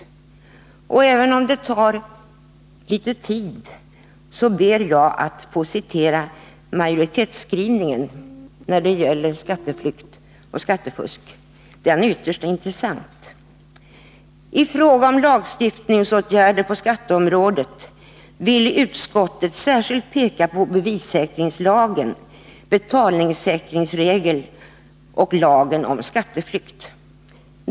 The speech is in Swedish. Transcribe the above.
Även om det tar litet tid, ber jag att få citera majoritetsskrivningen när det gäller skatteflykt och skattefusk. Den är ytterst intressant. ”I fråga om lagstiftningsåtgärder på skatteområdet vill utskottet särskilt peka på bevissäkringslagen, betalningssäkringslagen och lagen om skatteflykt.